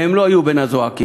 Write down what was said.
והם לא היו בין הזועקים.